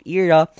era